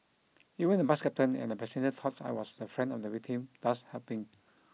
even the bus captain and a passenger thought I was the friend of the victim thus helping